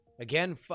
again